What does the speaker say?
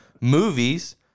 Movies